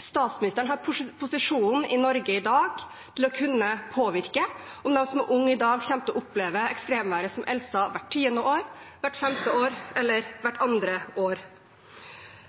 Statsministeren har posisjonen i Norge i dag til å kunne påvirke om de som er unge i dag, kommer til å oppleve ekstremvær som «Elsa» hvert tiende år, hvert femte år eller hvert andre år.